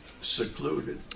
secluded